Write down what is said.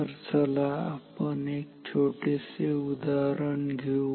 तर चला आपण एक छोटेसे उदाहरण घेऊ